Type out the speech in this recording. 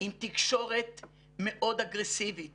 עם תקשורת מאוד אגרסיבית